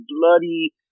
bloody